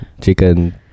Chicken